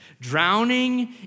drowning